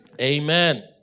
Amen